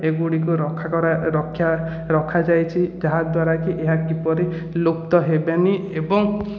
ଏଗୁଡ଼ିକୁ ରଖା କରା ରକ୍ଷା ରଖାଯାଇଛି ଯାହାଦ୍ୱାରାକି ଏହା କିପରି ଲୁପ୍ତ ହେବେନି ଏବଂ